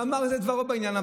ואמר את דברו בעניין.